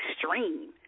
extreme